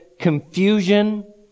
confusion